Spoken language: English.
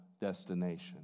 destination